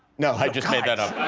no, i just made that up.